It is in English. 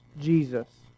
Jesus